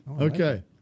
Okay